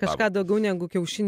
kažką daugiau negu kiaušiniai